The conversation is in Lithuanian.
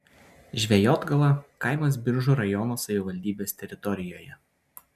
žvejotgala kaimas biržų rajono savivaldybės teritorijoje